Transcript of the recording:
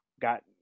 got